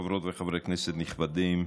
חברות וחברי כנסת נכבדים,